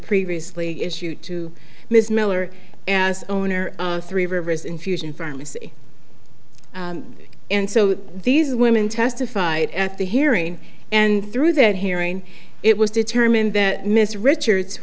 previously issued to ms miller as owner three rivers infusion pharmacy and so these women testified at the hearing and through that hearing it was determined that miss richards